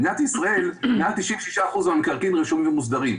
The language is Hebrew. במדינת ישראל מעל 96 אחוזים מהמקרקעין רשומים ומוסדרים.